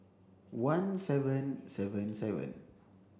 one seven seven seven